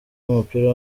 w’umupira